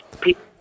people